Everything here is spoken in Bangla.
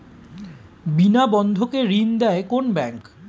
বিনা বন্ধকে ঋণ দেয় কোন ব্যাংক?